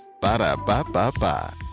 Ba-da-ba-ba-ba